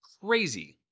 crazy